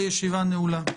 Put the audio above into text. הישיבה נעולה.